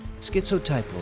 Schizotypal